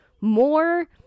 more